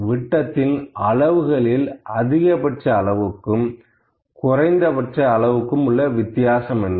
விட்டத்தின் அளவுகளில் அதிகபட்ச அளவுக்கும் குறைந்தபட்ச அளவுக்கும் உள்ள வித்தியாசம் என்ன